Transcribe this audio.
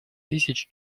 тысяч